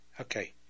Okay